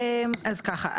אז ככה,